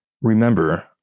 Remember